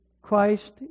Christ